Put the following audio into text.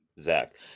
zach